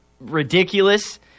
ridiculous